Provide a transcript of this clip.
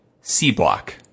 C-Block